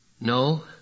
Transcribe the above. No